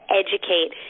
educate